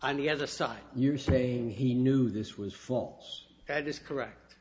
and the other side you're saying he knew this was false that is correct